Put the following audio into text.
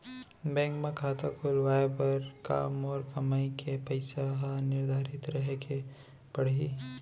Bank म खाता खुलवाये बर का मोर कमाई के पइसा ह निर्धारित रहे के पड़ही?